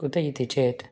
कुतः इति चेत्